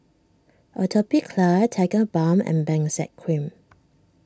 Atopiclair Tigerbalm and Benzac Cream